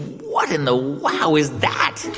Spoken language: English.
what in the wow is that?